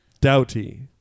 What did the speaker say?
Doughty